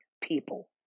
people